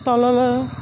তললৈ